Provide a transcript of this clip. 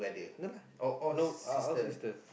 no lah no our ours is the